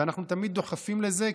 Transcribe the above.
ואנחנו תמיד דוחפים לזה,